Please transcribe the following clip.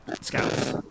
scouts